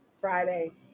friday